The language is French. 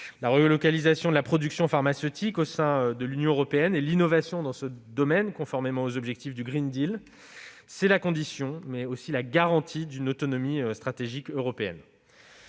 La relocalisation de la production pharmaceutique au sein de l'Union européenne et l'innovation dans ce domaine, conformément aux objectifs du, sont la condition et la garantie d'une autonomie stratégique européenne.